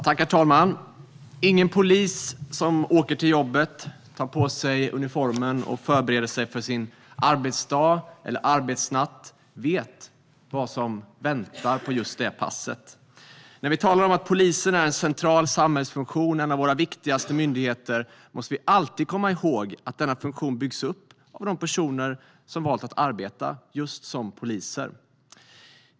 Herr talman! Ingen polis som åker till jobbet, tar på sig uniformen och förbereder sig för sin arbetsdag eller arbetsnatt vet vad som väntar under just det passet. När vi talar om att polisen är en central samhällsfunktion, en av våra viktigaste myndigheter, måste vi alltid komma ihåg att denna funktion byggts upp av de personer som valt att arbeta just som poliser.